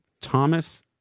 Thomas